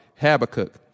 Habakkuk